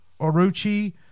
Orochi